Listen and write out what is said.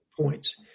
points